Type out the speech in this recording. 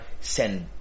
send